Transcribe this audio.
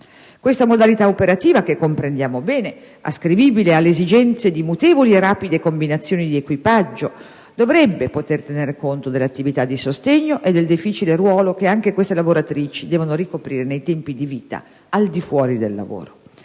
Questa modalità operativa che, comprendiamo bene, è ascrivibile alle esigenze di mutevoli e rapide combinazioni di equipaggio, dovrebbe poter tener conto dell'attività di sostegno e del difficile ruolo che anche queste lavoratrici devono ricoprire nei tempi di vita al di fuori del lavoro.